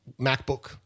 MacBook